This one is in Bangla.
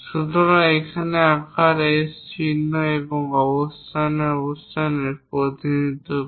সুতরাং এখানে আকার S চিহ্ন এবং অবস্থানের অবস্থানের প্রতিনিধিত্ব করে